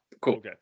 cool